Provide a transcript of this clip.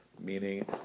Meaning